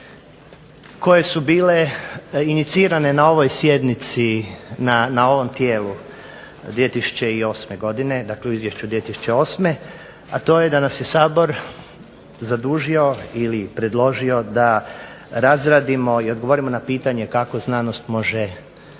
koje su bile inicirane na ovoj sjednici na ovom tijelu 2008. godine, dakle u izvješću 2008., a to je da nas je Sabor zadužio ili predložio da razradimo i odgovorimo na pitanje kako znanost može pomoći